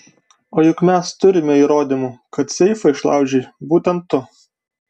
o juk mes turime įrodymų kad seifą išlaužei būtent tu